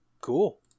Cool